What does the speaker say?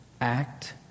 act